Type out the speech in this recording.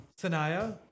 sanaya